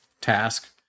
task